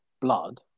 blood